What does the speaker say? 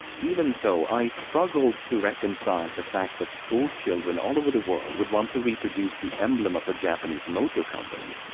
even so, i struggled to reconcile the fact that school children all over the world would want to reproduce the emblem of a japanese motor company.